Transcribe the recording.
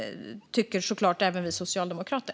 Det tycker även vi socialdemokrater.